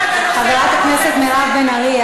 חברת הכנסת מירב בן ארי,